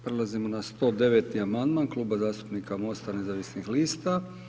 Prelazimo na 109. amandman Kluba zastupnika MOST-a nezavisnih lista.